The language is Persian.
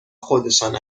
خودشان